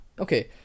Okay